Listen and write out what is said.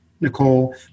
Nicole